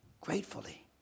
Gratefully